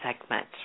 segment